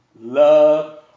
love